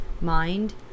mind